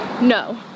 No